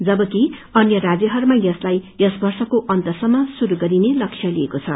जबकि अन्य राज्यहरूमा यसलाई यस वर्षको अन्तसम्म श्रुरू गरिने लस्प लिएको छ